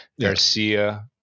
Garcia